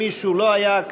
אם מישהו לא היה,